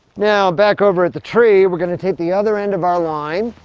now, back over at the tree we're going to take the other end of our line.